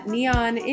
Neon